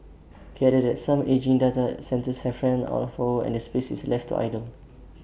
he added that some ageing data centres have ran out of power and the space is left to idle